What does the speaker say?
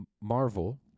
Marvel